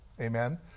Amen